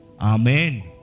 amen